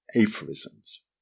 aphorisms